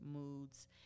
moods